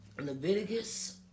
Leviticus